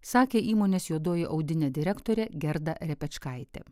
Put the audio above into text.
sakė įmonės juodoji audinė direktorė gerda repečkaitė